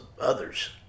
others